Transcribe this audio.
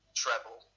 treble